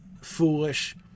foolish